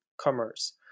commerce